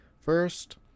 first